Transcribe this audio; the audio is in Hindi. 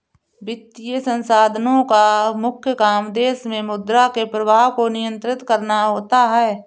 वित्तीय संस्थानोँ का मुख्य काम देश मे मुद्रा के प्रवाह को नियंत्रित करना होता है